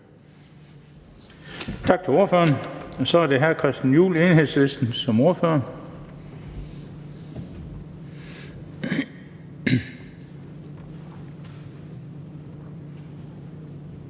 Tak til ordføreren. Så er det hr. Christian Juhl, Enhedslisten, som ordfører.